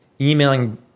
emailing